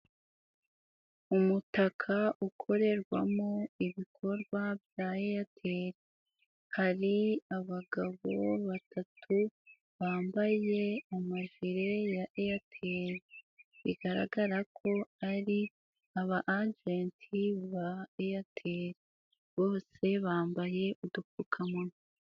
Umutaka ukorerwamo ibikorwa bya Airtel, hari abagabo batatu bambaye amajire ya Airtel bigaragara ko ari aba ajenti ba Airtel, bose bambaye udupfukamanwa.